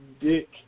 Dick